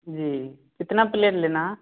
जी कितना प्लेट लेना है